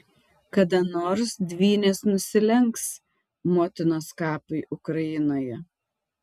kada nors dvynės nusilenks motinos kapui ukrainoje